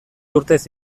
urtez